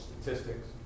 statistics